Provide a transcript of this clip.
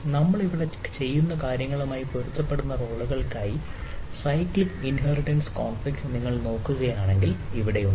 നമ്മൾ ഇവിടെ ചെയ്യുന്ന കാര്യങ്ങളുമായി പൊരുത്തപ്പെടുന്ന റോളുകൾക്കായി സൈക്ലിക് ഇൻഹെറിറ്റൻസ് കോൺഫ്ലിക്റ് നിങ്ങൾ നോക്കുകയാണെങ്കിൽ ഇവിടെ ഉണ്ട്